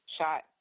shot